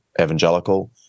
evangelical